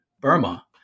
Burma